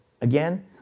Again